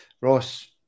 Ross